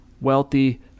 wealthy